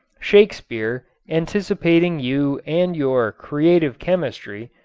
shakespeare, anticipating you and your creative chemistry,